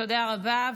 תודה רבה.